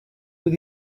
with